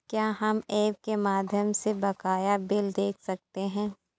क्या हम ऐप के माध्यम से बकाया बिल देख सकते हैं?